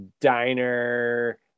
diner